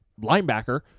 linebacker